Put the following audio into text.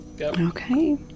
Okay